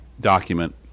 document